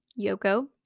Yoko